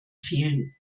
fehlen